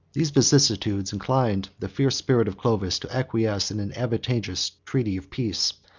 these vicissitudes inclined the fierce spirit of clovis to acquiesce in an advantageous treaty of peace.